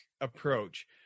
approach